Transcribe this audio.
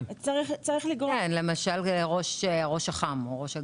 כן, למשל ראש אח"מ או ראש אג"מ.